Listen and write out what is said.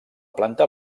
planta